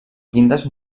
llindes